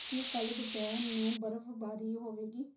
ਕੀ ਕੱਲ੍ਹ ਦੁਪਹਿਰ ਨੂੰ ਬਰਫ਼ਬਾਰੀ ਹੋਵੇਗੀ